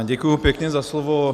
Děkuji pěkně za slovo.